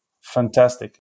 fantastic